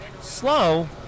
slow